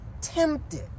tempted